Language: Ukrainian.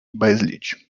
безліч